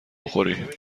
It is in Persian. بخوری